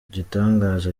igitangaza